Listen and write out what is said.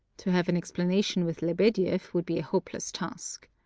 to have an explanation with lebedieff would be a hopeless task.